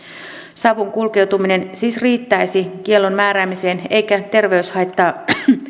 savun kulkeutuminen siis riittäisi kiellon määräämiseen eikä terveyshaittaa